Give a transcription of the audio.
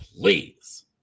please